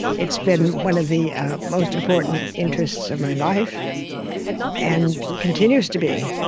it's been one of the most important interests of my life and continues to be.